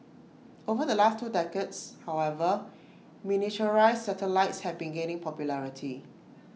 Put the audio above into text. over the last two decades however miniaturised satellites have been gaining popularity